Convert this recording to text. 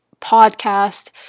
podcast